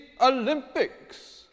Olympics